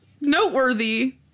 noteworthy